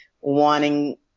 wanting